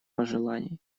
пожеланий